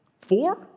four